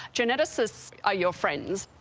geneticists are your friends.